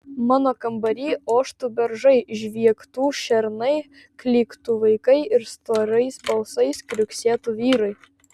mano kambary oštų beržai žviegtų šernai klyktų vaikai ir storais balsais kriuksėtų vyrai